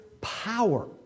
power